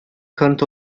kanıt